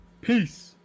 Peace